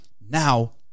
Now